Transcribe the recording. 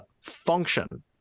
function